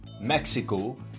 Mexico